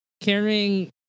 carrying